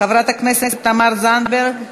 חברת הכנסת תמר זנדברג,